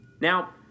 Now